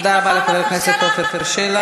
תודה רבה לחבר הכנסת עפר שלח.